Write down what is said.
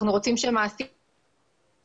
אנחנו רוצים שמעסיק ייתן את